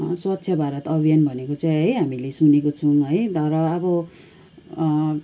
स्वच्छ भारत अभियान भनेको चाहिँ है हामीले सुनेको छौँ है तर अब